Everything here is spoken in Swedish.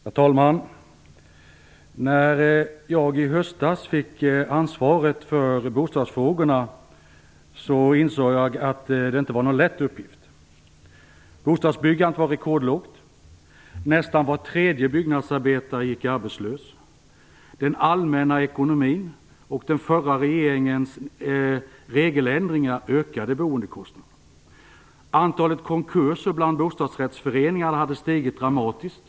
Herr talman! När jag i höstas fick ansvaret för bostadsfrågorna insåg jag att det inte var någon lätt uppgift. Bostadsbyggandet var rekordlågt. Nästan var tredje byggnadsarbetare gick arbetslös. Den allmänna ekonomin och den förra regeringens regeländringar ökade boendekostnaderna. Antalet konkurser bland bostadsrättsföreningar hade stigit dramatiskt.